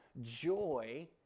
joy